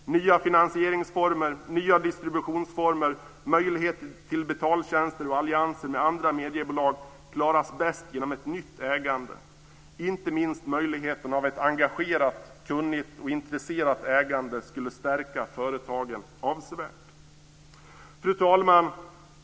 Nya finansieringsformer, nya distributionsformer, möjlighet till betaltjänster och allianser med andra mediebolag klaras bäst genom ett nytt ägande. Inte minst skulle möjligheten till ett engagerat, kunnigt och intresserat ägande stärka företagen avsevärt. Fru talman!